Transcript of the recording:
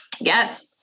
Yes